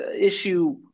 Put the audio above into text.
issue